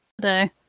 today